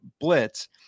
blitz